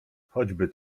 choćby